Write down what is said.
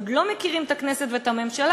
עוד לא מכירים את הכנסת ואת הממשלה,